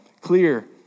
clear